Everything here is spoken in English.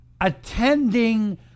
attending